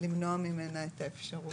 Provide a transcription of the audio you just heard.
למנוע ממנה את האפשרות.